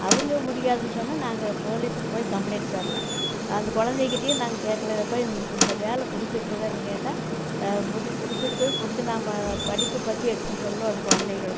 அவங்க முடியாதுன்னு சொன்னால் நாங்கள் போலீஸுக்கு போய் கம்ப்ளைன்ட் தரலாம் அந்த குழந்தைகிட்டயே நாங்கள் கேட்கலாம் இதை போய் உனக்கு இந்த வேலை பிடிச்சிருக்குதானு கேட்டால் பிடி பிடிச்சிருக்குது பிடிக்கலாமா படிப்பைப் பற்றி எடுத்து சொல்லணும் அந்த குழந்தைகளுக்கு